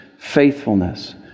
Faithfulness